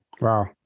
Wow